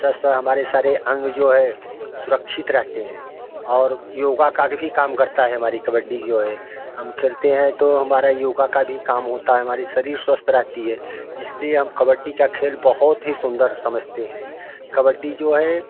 स्वस्थ और हमारे सारे अंग जो हैं सुरक्षित रहते हैं और योगा का भी काम करता है हमारी कबड्डी जो है हम खेलते हैं तो हमारा योगा का भी काम होता है हमारी शरीर स्वस्थ रहती है इसलिए हम कबड्डी का खेल बहुत ही सुन्दर समझते हैं कबड्डी जो है